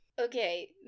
Okay